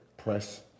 Press